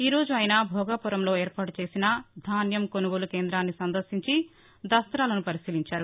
ఈ రోజు ఆయన భోగాపురం లో ఏర్పాటు చేసిన ధాన్యం కొనుగోలు కేంద్రాన్ని సందర్భించి ద్వస్తాలను పరిశీలించారు